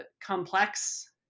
complex